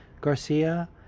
Garcia